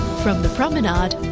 from the promenade,